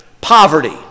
poverty